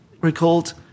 recalled